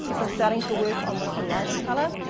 as i'm starting to work on with the lighter color,